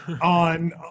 on